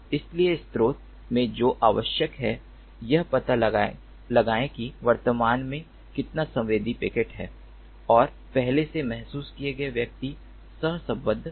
इसलिए स्रोत में जो आवश्यक है यह पता लगाएं कि वर्तमान में कितना संवेदी पैकेट है और पहले से महसूस किए गए व्यक्ति सहसंबद्ध हैं